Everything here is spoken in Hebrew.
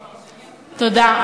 תודה.